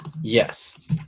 Yes